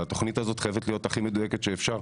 והתוכנית הזאת חייבת להיות הכי מדויקת שאפשר,